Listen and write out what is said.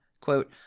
quote